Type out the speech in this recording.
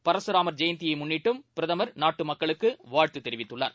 பரசுராமர் ஜெயந்தியைமுன்னிட்டும் பிரதமர் நாட்டுமக்களுக்குவாழ்த்துத் தெரிவித்துள்ளார்